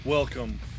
Welcome